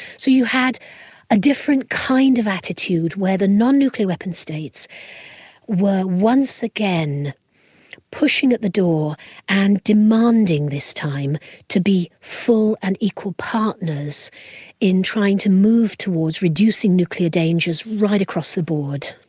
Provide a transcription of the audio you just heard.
so you had a different kind of attitude where the non-nuclear weapon states were once again pushing at the door and demanding this time to be full and equal partners in trying to move towards reducing nuclear dangers right across the board.